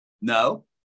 No